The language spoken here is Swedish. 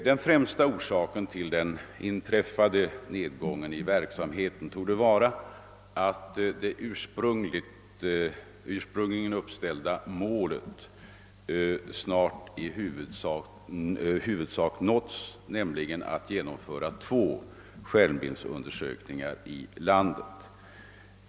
Den främsta orsaken till den inträffade nedgången i verksamheten torde vara att det ursprungligen uppställda målet snart i huvudsak nåtts, nämligen att genomföra två skärmbildsundersökningar i landet.